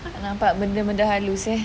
tak nampak benda-benda halus eh